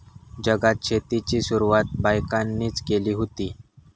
जगात शेतीची सुरवात बायकांनीच केली हुती